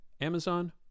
Amazon